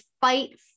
fight